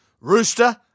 Rooster